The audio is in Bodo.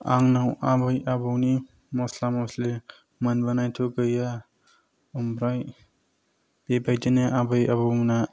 आंनाव आबै आबौनि मसला मसलि मोनबोनायथ' गैया ओमफ्राय बेबायदिनो आबै आबौमोनहा